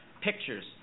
pictures